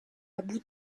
abu